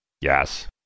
Yes